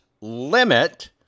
limit